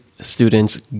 students